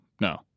no